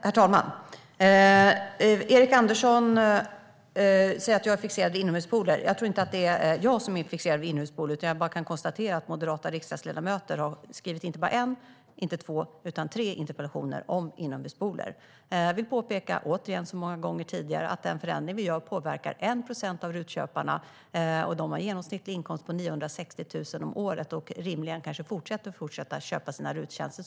Herr talman! Erik Andersson säger att jag är fixerad vid inomhuspooler. Det är nog inte jag som är fixerad vid inomhuspooler med tanke på att moderata riksdagsledamöter har ställt inte en, inte två utan tre interpellationer om inomhuspooler. Låt mig påpeka, som så många gånger tidigare, att den förändring vi gör påverkar 1 procent av RUT-köparna. De har en genomsnittlig inkomst på 960 000 kronor om året och kan rimligen fortsätta att köpa sina RUT-tjänster.